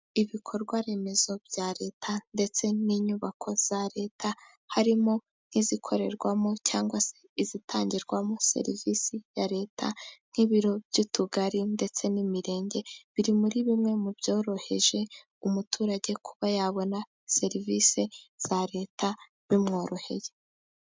Ibikorwa remezo bya Leta ndetse n'inyubako za Leta harimo nk'izikorerwamo cyangwa se izitangirwamo serivisi za Leta. Nk'ibiro by'utugari ndetse n'imirenge, biri muri bimwe mu byorohereje umuturage kuba yabona serivisi za Leta bimworoheye.